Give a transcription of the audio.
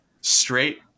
straight